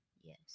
Yes